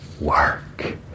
work